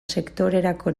sektorerako